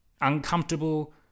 uncomfortable